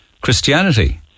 Christianity